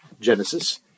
Genesis